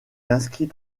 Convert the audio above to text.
inscrit